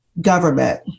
government